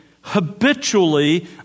habitually